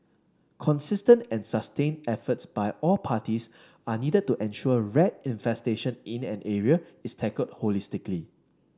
consistent and sustained efforts by all parties are needed to ensure rat infestation in an area is tackled holistically